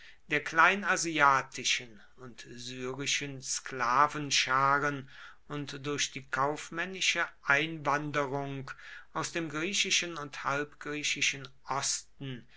der kleinasiatischen und syrischen sklavenscharen und durch die kaufmännische einwanderung aus dem griechischen und halbgriechischen osten